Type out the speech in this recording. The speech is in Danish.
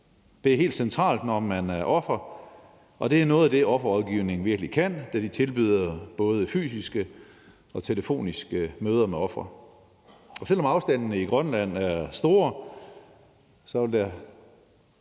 er helt centralt, når man er offer, og det er noget af det, offerrådgivningen virkelig kan, da de tilbyder både fysiske og telefoniske møder med ofre. Selv om afstandene i Grønland er store, vil der